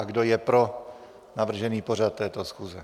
Kdo je pro navržený pořad této schůze?